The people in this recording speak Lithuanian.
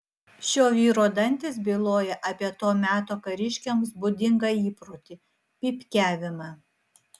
šio vyro dantys byloja apie to meto kariškiams būdingą įprotį pypkiavimą